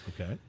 Okay